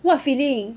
what feeling